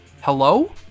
Hello